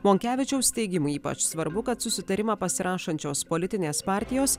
monkevičiaus teigimu ypač svarbu kad susitarimą pasirašančios politinės partijos